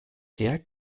der